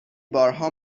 بارها